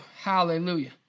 Hallelujah